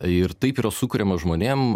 ir taip yra sukuriamas žmonėm